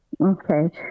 Okay